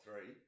three